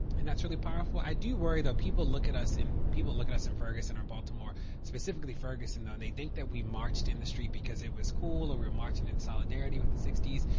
and that's really powerful. i do worry, though. people look at us in people look at us in ferguson or baltimore specifically ferguson though, they think that we marched in the street because it was cool, or we're marching in in solidarity with the sixty s.